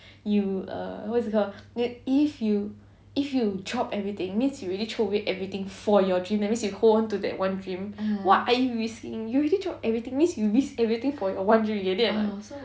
you err what is it called n~ if you if you drop everything means you already throw away everything for your dream that means you hold on to that one dream what are you risking you already drop everything means you risk everything for your one dream you get it or not